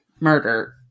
murder